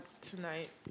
tonight